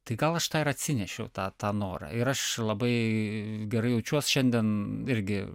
tai gal aš tą ir atsinešiau tą tą norą ir aš labai gerai jaučiuos šiandien irgi